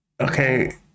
Okay